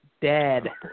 Dead